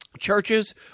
churches